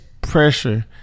pressure